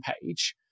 page